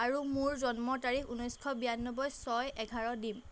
আৰু মোৰ জন্ম তাৰিখ ঊনৈশ বিৰানব্বৈ ছয় এঘাৰ দিম